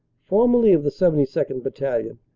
formerly of the seventy second. battalion,